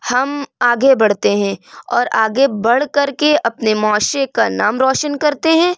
ہم آگے بڑھتے ہیں اور آگے بڑھ کر کے اپنے معاشرے کا نام روشن کرتے ہیں